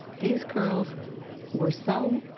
these girls were so